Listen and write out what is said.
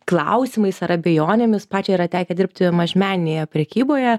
klausimais ar abejonėmis pačiai yra tekę dirbti mažmeninėje prekyboje